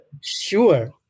Sure